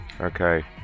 Okay